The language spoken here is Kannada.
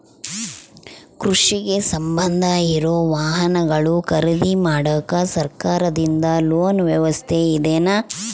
ಕೃಷಿಗೆ ಸಂಬಂಧ ಇರೊ ವಾಹನಗಳನ್ನು ಖರೇದಿ ಮಾಡಾಕ ಸರಕಾರದಿಂದ ಲೋನ್ ವ್ಯವಸ್ಥೆ ಇದೆನಾ?